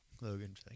Logan